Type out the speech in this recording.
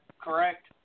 correct